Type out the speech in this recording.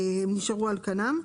נשארו על כנן.